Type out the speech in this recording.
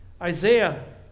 Isaiah